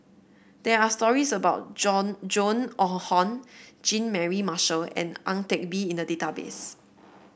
there are stories about Joan Joan or Hon Jean Mary Marshall and Ang Teck Bee in the database